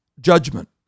judgment